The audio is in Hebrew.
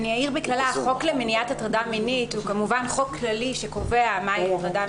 החוק למניעת הטרדה מינית הוא כמובן חוק כללי שקובע מהי הטרדה מינית,